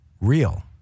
real